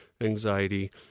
anxiety